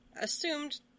assumed